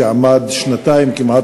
שעמד שנתיים כמעט,